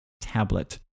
tablet